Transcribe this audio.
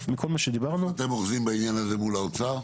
איפה אתם בעניין הזה מול האוצר?